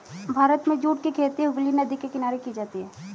भारत में जूट की खेती हुगली नदी के किनारे की जाती है